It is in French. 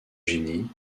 génie